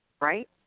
right